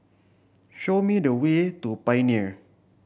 show me the way to Pioneer